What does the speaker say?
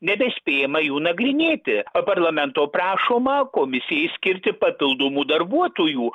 nebespėjama jų nagrinėti o parlamento prašoma komisijai skirti papildomų darbuotojų